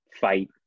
fight